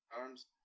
arms